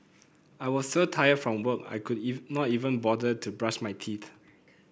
I was so tired from work I could not even bother to brush my teeth